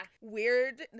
weird